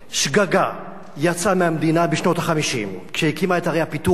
שגגה יצאה מהמדינה בשנות ה-50 כשהקימה את ערי הפיתוח.